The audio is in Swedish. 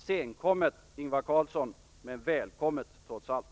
Senkommet, Ingvar Carlsson, men välkommet trots allt.